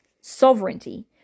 Sovereignty